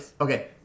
Okay